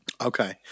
Okay